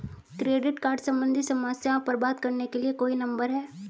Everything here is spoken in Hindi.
क्रेडिट कार्ड सम्बंधित समस्याओं पर बात करने के लिए कोई नंबर है?